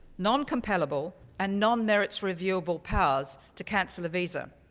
non-compellable, and non-merits-reviewable powers to cancel a visa.